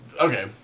okay